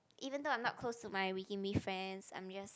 even though I'm not close to my wee kim wee friends I'm just